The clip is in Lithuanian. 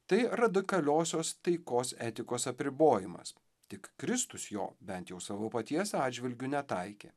tai radikaliosios taikos etikos apribojimas tik kristus jo bent jau savo paties atžvilgiu netaikė